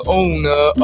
owner